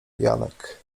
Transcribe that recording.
janek